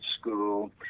school